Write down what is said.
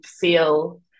feel